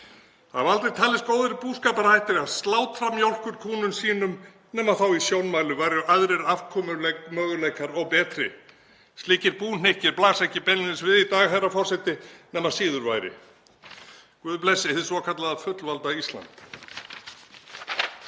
Það hafa aldrei talist góðir búskaparhættir að slátra mjólkurkúnum sínum nema þá í sjónmáli væru aðrir afkomumöguleikar og betri. Slíkir búhnykkir blasa ekki beinlínis við í dag, herra forseti, nema síður væri. Guð blessi hið svokallaða fullvalda Ísland.